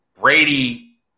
Brady